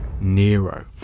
Nero